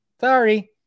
Sorry